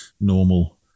normal